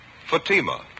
Fatima